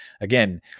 again